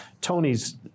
Tony's